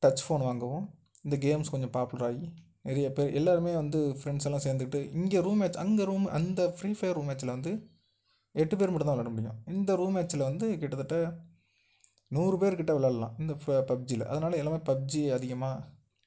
touch phone வாங்கவும் இந்த games கொஞ்சம் பாப்புலர் ஆகி நிறையா பேர் எல்லாருமே வந்து ஃப்ரெண்ட்ஸ் எல்லாம் சேர்ந்துட்டு இங்கே ரூம் மேட்ச் அங்கே ரூம்மு அந்த ஃப்ரீ ஃபயர் ரூம் மேட்ச்சில் வந்து எட்டு பேரு மட்டும் தான் விளாட முடியும் இந்த ரூம் மேட்ச்சில் வந்து கிட்டத்தட்ட நூறு பேருக்கிட்ட விளாட்லாம் இந்த ப பப்ஜியில் அதனால எல்லாமே பப்ஜி அதிகமாக